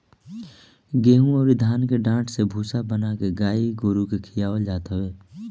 गेंहू अउरी धान के डाठ से भूसा बना के गाई गोरु के खियावल जात हवे